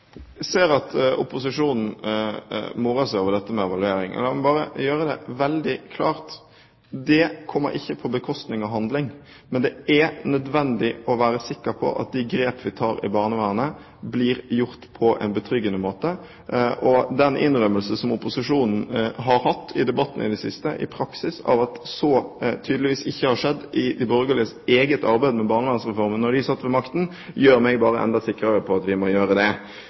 ser at opposisjonen morer seg over dette med evaluering, og la meg bare gjøre det veldig klart: Det kommer ikke på bekostning av handling! Men det er nødvendig å være sikker på at de grep vi tar i barnevernet, blir tatt på en betryggende måte. Den innrømmelsen som opposisjonen har kommet med i debatten i det siste, at så tydeligvis ikke skjedde i de borgerliges eget arbeid med barnevernsreformen da de satt med makten, gjør meg bare enda sikrere på at vi må ta grep. Så har Regjeringen sagt at vi trenger å trappe opp bemanningen i det